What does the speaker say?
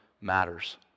matters